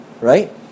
right